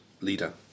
leader